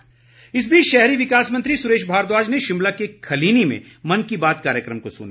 सुरेश भारद्वाज इस बीच शहरी विकास मंत्री सुरेश भारद्वाज ने शिमला के खलीनी में मन की बात कार्यक्रम को सुना